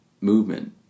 movement